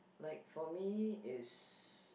like for me is